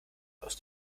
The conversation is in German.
aus